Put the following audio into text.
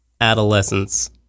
adolescence